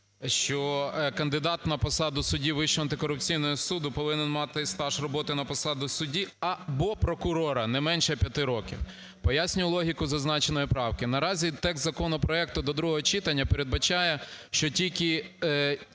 що кандидат на посаду судді Вищого антикорупційного суду повинен мати стаж роботи на посаді судді або прокурора не менше п'яти років. Пояснюю логіку зазначеної правки. Наразі текст законопроекту до другого читання передбачає, що тільки